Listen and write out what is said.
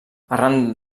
arran